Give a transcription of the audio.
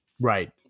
Right